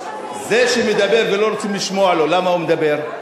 זה שמדבר ולא רוצים לשמוע לו, למה הוא מדבר?